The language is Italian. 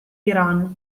iran